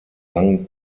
langen